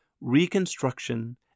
Reconstruction